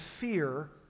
fear